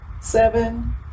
seven